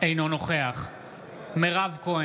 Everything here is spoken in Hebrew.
אינו נוכח מירב כהן,